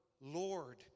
Lord